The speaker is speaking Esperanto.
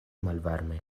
malvarme